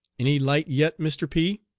any light yet, mr. p?